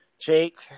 Jake